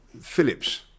phillips